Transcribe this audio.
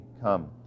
come